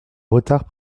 retard